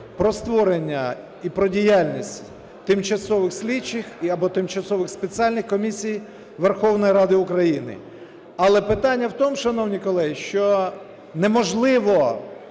про створення і про діяльність тимчасових слідчих або тимчасових спеціальних комісій Верховної Ради України. Але питання в тому, шановні колеги, що неможливо